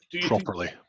Properly